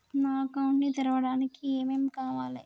నా అకౌంట్ ని తెరవడానికి ఏం ఏం కావాలే?